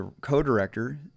co-director